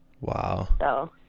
Wow